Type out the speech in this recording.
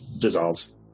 dissolves